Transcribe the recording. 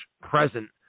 present